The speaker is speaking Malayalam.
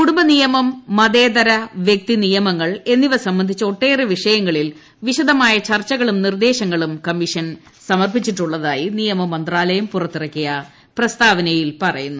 കുടുംബ നിയമം മതേതര വ്യക്തി നിയമങ്ങൾ എന്നിവ സംബന്ധിച്ച് ഒട്ടേറെ വിഷയങ്ങളിൽ വിശദമായ ചർച്ചകളും നിർദ്ദേശങ്ങളും കമ്മിഷൻ സമർപ്പിച്ചിട്ടുള്ളതായി നിയമ മന്ത്രാലയം പുറത്തിറക്കിയ പ്രസ്താവനയിൽ പറയുന്നു